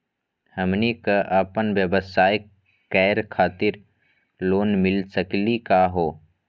हमनी क अपन व्यवसाय करै खातिर लोन मिली सकली का हो?